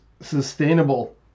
sustainable